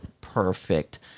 perfect